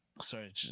sorry